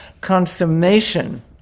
Consummation